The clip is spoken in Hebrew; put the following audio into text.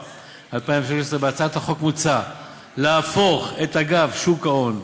התשע"ו 2016. בהצעת החוק מוצע להפוך את אגף שוק ההון,